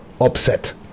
upset